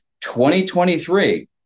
2023